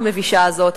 המבישה כל כך הזאת.